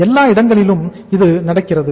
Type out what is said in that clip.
எல்லா இடங்களிலும் இது நடக்கிறது